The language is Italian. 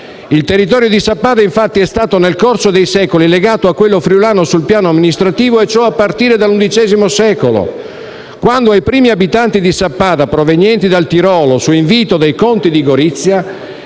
il territorio di Sappada è stato legato a quello friulano sul piano amministrativo a partire dall'XI secolo, quando ai primi abitanti di Sappada, provenienti dal Tirolo, su invito dei conti di Gorizia,